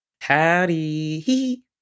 Howdy